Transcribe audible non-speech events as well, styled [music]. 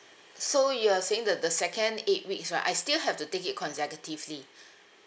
so you are saying the the second eight weeks right I still have to take it consecutively [breath]